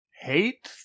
hate